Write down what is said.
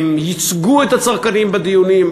הם ייצגו את הצרכנים בדיונים,